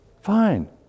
Fine